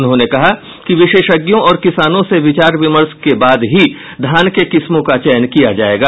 उन्होंने कहा कि विशेषज्ञों और किसानों से विचार विमर्श करने के बाद ही धान के किस्मों का चयन किया जायेगा